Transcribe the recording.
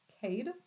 Cade